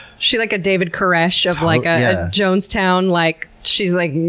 she's like a david koresh of like a jonestown? like she's like,